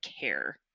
care